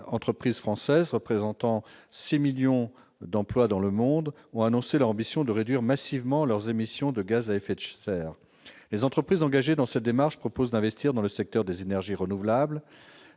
entreprises françaises, représentant 6 millions d'emplois dans le monde, ont annoncé leur ambition de réduire massivement leurs émissions de gaz à effet de serre. Les entreprises engagées dans cette démarche proposent d'investir dans les secteurs des énergies renouvelables,